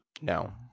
No